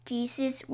Jesus